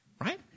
Right